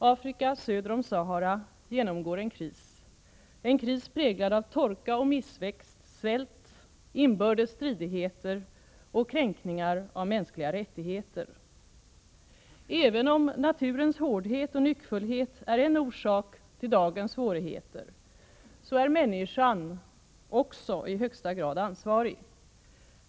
Afrika, söder om Sahara, genomgår en kris, präglad av torka och missväxt, svält, inbördes stridigheter och kränkningar av mänskliga rättigheter. Även om naturens hårdhet och nyckfullhet är en orsak till dagens svårigheter, är människan också i högsta grad ansvarig.